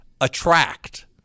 attract